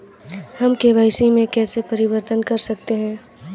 हम के.वाई.सी में कैसे परिवर्तन कर सकते हैं?